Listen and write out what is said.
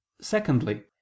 Secondly